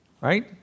right